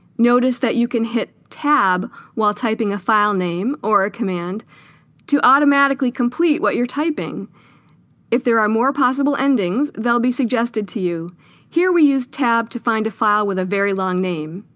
notice that you can hit tab while typing a file name or a command to automatically complete what you're typing if there are more possible endings. they'll be suggested to you here. we use tab to find a file with a very long name